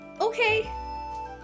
Okay